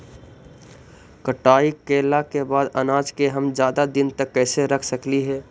कटाई कैला के बाद अनाज के हम ज्यादा दिन तक कैसे रख सकली हे?